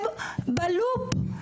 הם בלופ.